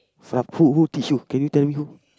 frappe who who teach you can you tell me who